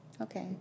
Okay